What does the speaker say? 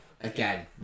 Again